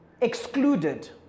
excluded